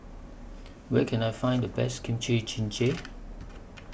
Where Can I Find The Best Kimchi Jjigae